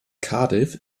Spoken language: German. cardiff